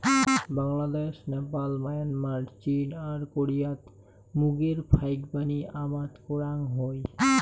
Bangladesh, Nepal, Myanmar, চীন আর কোরিয়াত মুগের ফাইকবানী আবাদ করাং হই